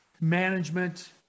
management